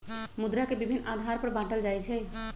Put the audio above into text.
मुद्रा के विभिन्न आधार पर बाटल जाइ छइ